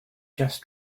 just